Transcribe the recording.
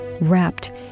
wrapped